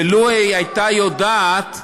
ולו הייתה יודעת,